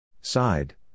Side